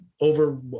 over